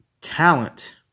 talent